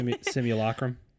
Simulacrum